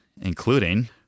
including